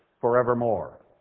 forevermore